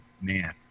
man